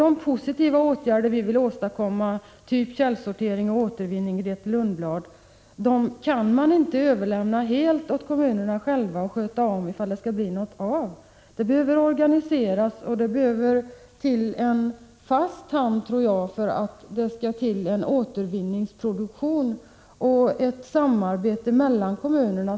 De positiva åtgärder som vi vill vidta — typ källsortering och återvinning — kan man inte, Grethe Lundblad, låta kommunerna själva helt stå för, om det nu skall bli något resultat. Det behövs en organisation och, tror jag, även en fast hand för att få till stånd en återvinningsproduktion och ett samarbete mellan kommunerna.